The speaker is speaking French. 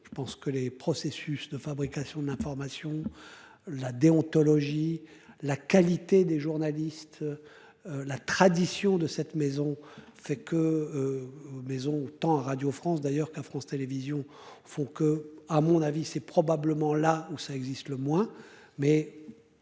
je pense que les processus de fabrication de l'information. La déontologie, la qualité des journalistes. La tradition de cette maison c'est que. La maison autant à Radio France, d'ailleurs qu'à France Télévisions. Faut que, à mon avis c'est probablement là où ça existe le moins